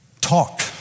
Talk